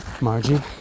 Margie